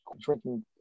drinking